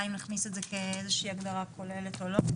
אם נכניס את זה כאיזה שהיא הגדרה כוללת או לא.